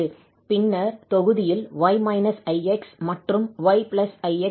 பின்னர் தொகுதியில் 𝑦 − 𝑖𝑥 மற்றும் 𝑦 𝑖𝑥 உள்ளன